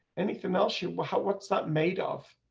anything else you will. what, what's that made of